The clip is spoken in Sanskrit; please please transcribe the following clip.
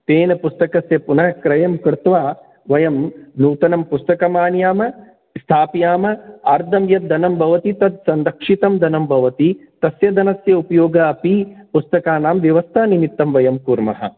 तेन पुस्तकस्य पुनः क्रयं कृत्वा वयं नूतनं पुस्तकमानयामः स्थापयामः अर्धं यद्धनं भवति तद् संरक्षितं धनं भवति तस्य धनस्य उपयोग अपि पुस्तकानां व्यवस्थानिमित्तं वयं कुर्मः